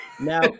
Now